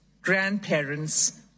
grandparents